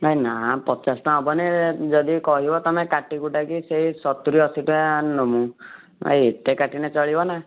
ନା ନା ପଚାଶଟଙ୍କା ହେବନି ଯଦି କହିବ ତମେ କାଟିକୁଟାକି ସେଇ ସତୁରୀ ଅଶୀଟଙ୍କା ନମୁ ଆଉ ଏତେ କାଟିଲେ ଚଳିବନା